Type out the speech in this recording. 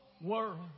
world